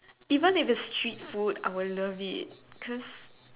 even if it's cheap food I would love it cause